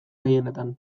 gehienetan